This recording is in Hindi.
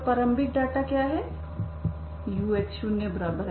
और प्रारंभिक डेटा क्या है